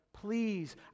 Please